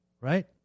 Right